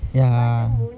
ya